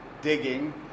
Digging